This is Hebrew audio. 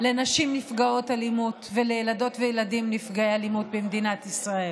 לנשים נפגעות אלימות ולילדות וילדים נפגעי אלימות במדינת ישראל.